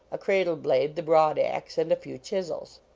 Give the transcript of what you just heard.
a cradle-blade, the broad-ax and a few chisels.